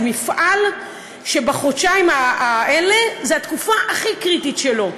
זה מפעל שהחודשיים האלה הם התקופה הכי קריטית שלו,